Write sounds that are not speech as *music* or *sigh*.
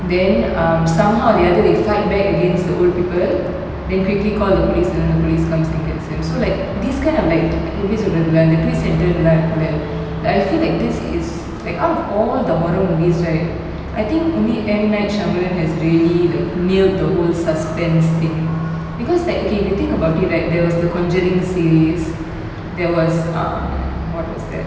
then um somehow they *laughs* they fight back against the old people then quickly call the police and then the police comes and gets them so like this kind of like movies எப்படி சொல்றது அந்த:eppadi solrathu antha twist and turn இருக்குல்ல:irukulla like I feel like this is like out of all the horror movies right I think only M night shaymalin has really like nailed the whole suspense thing because like K the thing about it right there was the conjuring series there was um what was that